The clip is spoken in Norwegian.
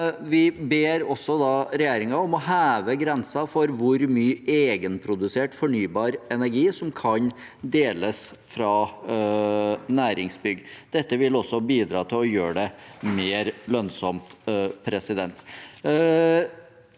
Vi ber regjeringen om å heve grensen for hvor mye egenprodusert fornybar energi som kan deles fra næringsbygg. Dette vil bidra til å gjøre det mer lønnsomt. Så regner